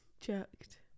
Jerked